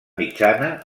mitjana